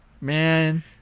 Man